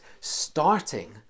starting